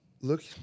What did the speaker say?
look